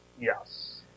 Yes